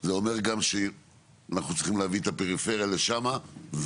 זה אומר גם שאנחנו צריכים להביא את הפריפריה לשם ומשם,